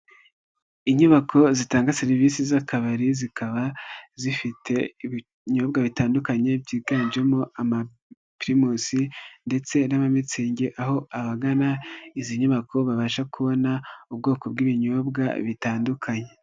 Inyubako zitanga serivisi z'akabari, zikaba zifite ibyobwa bitandukanye, byiganjemo amapirimusi ndetse n'amamitsingi, aho abagana izi nyubako babasha kubona, ubwoko bw'ibinyobwa bitandukanye.